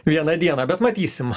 vieną dieną bet matysim